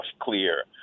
clear